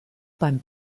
beim